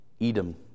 Edom